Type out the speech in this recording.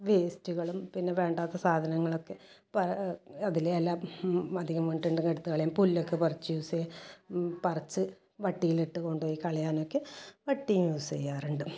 വേസ്റ്റുകളും പിന്നെ വേണ്ടാത്ത സാധനങ്ങളൊക്കെ പ അതിലെ എല്ലാ അധികം വീണിട്ടുണ്ടെങ്കിൽ എടുത്തുകളയാൻ പുല്ലൊക്കെ പറിച്ച് യൂസ് ചെയ്യുക പറിച്ച് വട്ടിയിലിട്ട് കൊണ്ടുപോയി കളയാനൊക്കെ വട്ടിയും യൂസ് ചെയ്യാറുണ്ട്